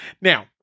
now